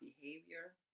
behavior